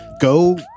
Go